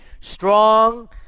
strong